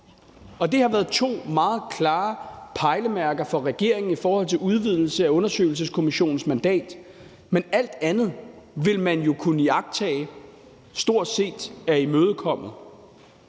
Det har været to meget klare pejlemærker for regeringen i forhold til udvidelse af undersøgelseskommissionens mandat, men alt andet vil man jo kunne iagttage stort set er imødekommet.